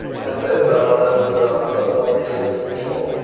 and there's our numbers that are a lot more readable than before,